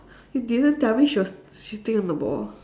you didn't tell me she was sitting on the ball